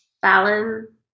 Fallon